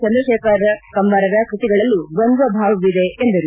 ಚಂದ್ರಶೇಖರ ಕಂಬಾರರ ಕೃತಿಗಳಲ್ಲೂ ದ್ವಂದ್ವ ಭಾವವಿದೆ ಎಂದರು